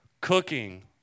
Cooking